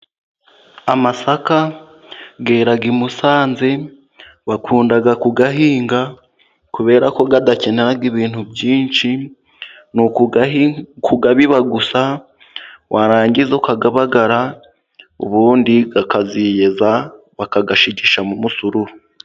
Amasaka yera i Musanze, bakunda kuyahinga kubera ko adakenera ibintu byinshi, ni ukuyabiba gusa warangiza ukayabagara, ubundi akaziyeza bakayashigishamo umusururu.